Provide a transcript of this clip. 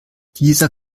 dieser